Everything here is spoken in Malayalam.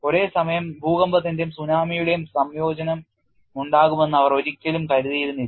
ഒരേ സമയം ഭൂകമ്പത്തിന്റെയും സുനാമിയുടെയും സംയോജനമുണ്ടാകുമെന്ന് അവർ ഒരിക്കലും കരുതിയിരുന്നില്ല